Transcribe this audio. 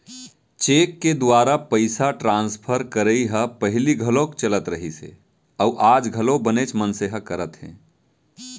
cheque के दुवारा पइसा ट्रांसफर करई ह पहिली घलौक चलत रहिस हे अउ आज घलौ बनेच मनसे ह करत हें